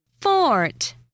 Fort